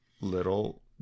little